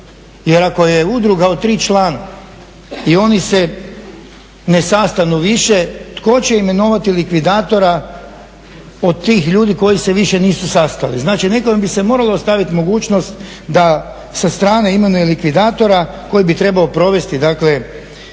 jer ako je udruga od 3 člana i oni se ne sastanu više, tko će imenovati likvidatora od tih ljudi koji se više nisu sastali, znači nekome bi se moralo ostaviti mogućnost da sa strane imenuje likvidatora koji bi trebao provesti, dakle